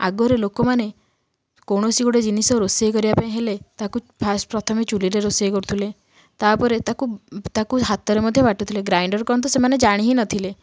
ଆଗରେ ଲୋକମାନେ କୌଣସି ଗୋଟିଏ ଜିନିଷ ରୋଷେଇ କରିବା ପାଇଁ ହେଲେ ତାକୁ ଫାଷ୍ଟ ପ୍ରଥମେ ଚୁଲିରେ ରୋଷେଇ କରୁଥିଲେ ତା'ପରେ ତାକୁ ତାକୁ ହାତରେ ମଧ୍ୟ ବାଟୁଥିଲେ ଗ୍ରାଇଣ୍ଡର କ'ଣ ସେମାନେ ତ ଜାଣି ହିଁ ନଥିଲେ